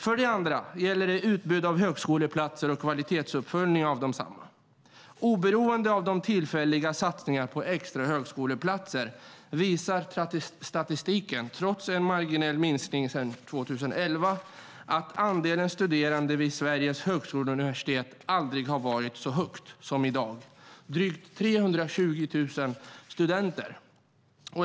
För det andra gäller det utbud av högskoleplatser och kvalitetsuppföljning av desamma. Oberoende av de tillfälliga satsningarna på extra högskoleplatser visar statistiken, trots en marginell minskning sedan 2011, att andelen studerande vid Sveriges högskolor och universitet aldrig har varit så hög som i dag - drygt 320 000 studenter.